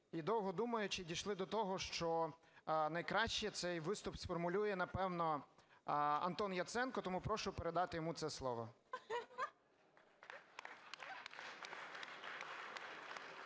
довго думаючи, дійшли до того, що найкраще цей виступ сформулює, напевно, Антон Яценко. Тому прошу передати йому це слово. ГОЛОВУЮЧИЙ.